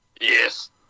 Yes